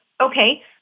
Okay